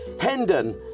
Hendon